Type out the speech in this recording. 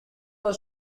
was